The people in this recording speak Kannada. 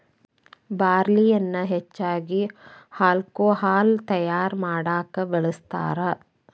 ಬಾರ್ಲಿಯನ್ನಾ ಹೆಚ್ಚಾಗಿ ಹಾಲ್ಕೊಹಾಲ್ ತಯಾರಾ ಮಾಡಾಕ ಬಳ್ಸತಾರ